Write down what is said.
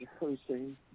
rehearsing